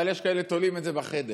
אבל יש כאלה שתולים את זה בחדר.